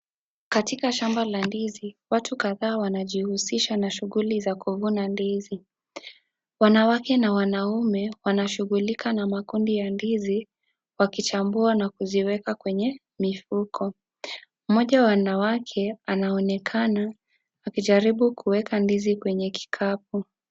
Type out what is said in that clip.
Katika shamba la ndizi, watu kadhaa wanajihusisha na shughuli za kuvuna ndizi. Wanawake na wanaume, wanashughulikia na makundi ya ndizi wakichambua na kuziweka kwenye mifuko. Mmoja wa wanawake anaonekana akijaribu kuweka ndizi kwenye kikapu.